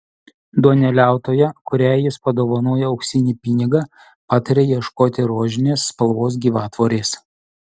duoneliautoja kuriai jis padovanoja auksinį pinigą pataria ieškoti rožinės spalvos gyvatvorės